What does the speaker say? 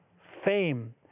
fame